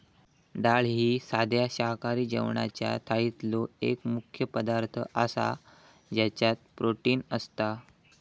डाळ ही साध्या शाकाहारी जेवणाच्या थाळीतलो एक मुख्य पदार्थ आसा ज्याच्यात प्रोटीन असता